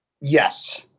yes